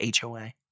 HOA